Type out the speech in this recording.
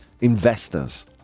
Investors